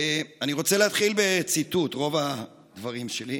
אני רוצה להתחיל בציטוט, וזה רוב הדברים שלי,